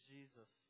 Jesus